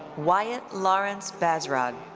wyatt lawrence bazrod.